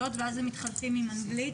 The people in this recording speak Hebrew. זה בדיוק מתייחס למה שאמרתי,